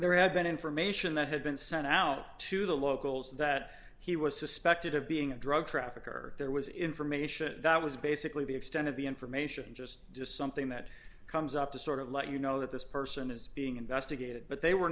there had been information that had been sent out to the locals that he was suspected of being a drug trafficker there was information that was basically the extent of the information just just something that comes up to sort of let you know that this person is being investigated but they were